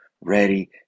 ready